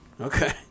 Okay